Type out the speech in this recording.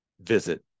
visit